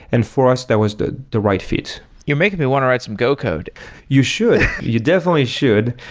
and for us, that was the the right fit you're making me want to write some go code you should. you definitely should.